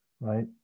right